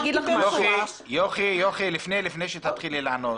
לפני שתתחילי לענות.